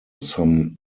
some